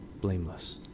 blameless